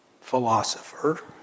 philosopher